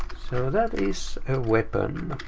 so that is a weapon.